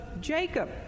Jacob